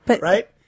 Right